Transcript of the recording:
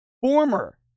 former